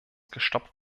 gestoppt